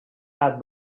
had